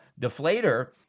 deflator